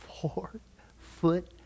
Four-foot